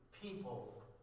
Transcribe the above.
people